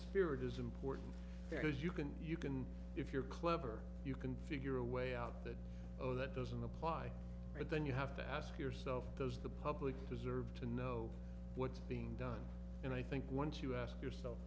spirit is important because you can you can if you're clever you can figure a way out that oh that doesn't apply and then you have to ask yourself does the public deserve to know what's being done and i think once you ask yourself